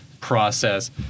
process